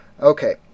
Okay